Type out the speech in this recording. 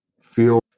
feel